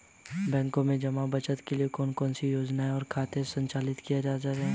बैंकों में जमा बचत के लिए कौन कौन सी योजनाएं और खाते संचालित किए जा रहे हैं?